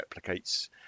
replicates